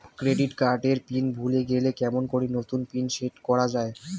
Credit card এর PIN ভুলে গেলে কেমন করি নতুন পিন সেট করা য়ায়?